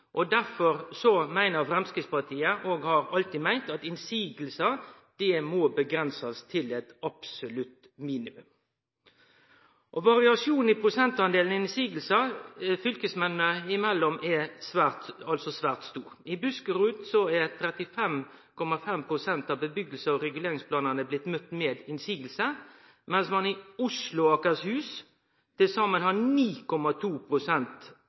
og bustadbygging. Derfor meiner Framstegspartiet, og har alltid meint, at motsegner må avgrensast til eit absolutt minimum. Variasjonen i prosentdelen motsegner fylkesmennene imellom er svært stor. I Buskerud har 35,5 pst. av byggje- og reguleringsplanane blitt møtt med motsegn, mens i Oslo og Akershus har til